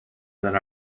than